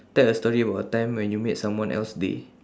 tell a story about a time when you made someone else day